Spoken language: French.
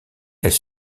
elle